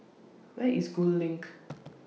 Where IS Gul LINK